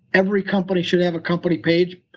every company should have a company page.